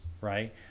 right